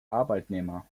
arbeitnehmer